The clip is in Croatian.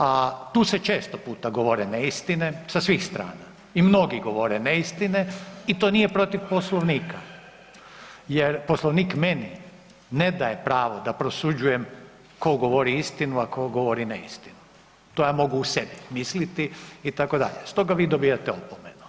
A tu se često puta govore neistine sa svih strana i mnogi govore neistine i to nije protiv Poslovnika jer Poslovnik meni ne daje pravo da prosuđujem ko govori istinu, a ko govori ne istinu, to ja mogu u sebi misliti itd. stoga vi dobijate opomenu.